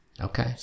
Okay